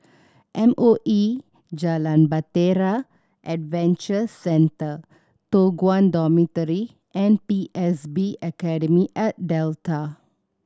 M O E Jalan Bahtera Adventure Centre Toh Guan Dormitory and P S B Academy at Delta